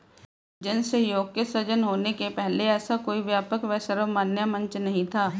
जन सहयोग के सृजन होने के पहले ऐसा कोई व्यापक व सर्वमान्य मंच नहीं था